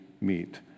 meet